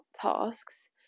tasks